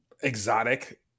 exotic